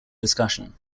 discussion